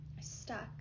stuck